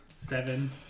Seven